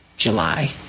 july